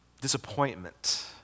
disappointment